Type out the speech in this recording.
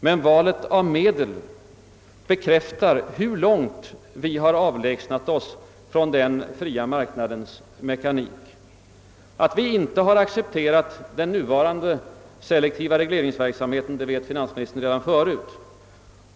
Men valet av medel bekräftar hur långt vi i vårt land avlägsnat oss från den fria marknadens mekanik. Att den nuvarande selektiva regleringsverksamheten inte accepterats av oss vet finansministern redan förut.